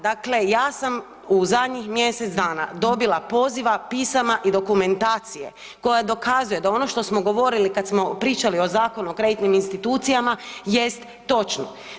Dakle ja sam u zadnjih mjesec dana dobila poziva, pisama i dokumentacije koja dokazuje da ono što smo govorili kada smo pričali o Zakonu o kreditnim institucijama jest točno.